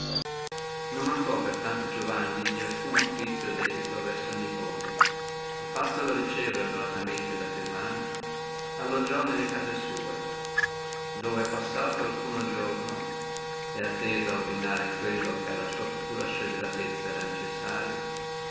non mancò per tanto giovanni di alcuno offizio debito verso el nipote e fattolo ricevere da firmiani onoratamente si alloggiò nelle case sua dove passato alcuno giorno et atteso ad ordinare quello che alla sua futura scelleratezza era necessario